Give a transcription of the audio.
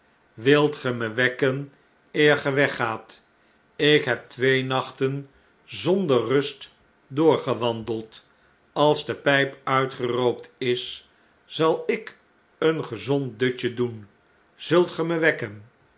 wilt ge me wekken eer ge weggaat ik heb twee nacnten zonder rust doorgewandeld als de pjjp uitgerookt is zal ik een gezond dutje doen zult ge me wekken